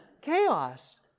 Chaos